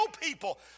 people